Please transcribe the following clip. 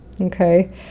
Okay